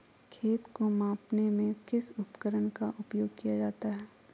खेत को मापने में किस उपकरण का उपयोग किया जाता है?